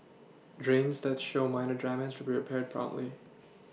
drains that show minor damage will be repaired promptly